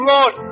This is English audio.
Lord